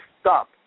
stop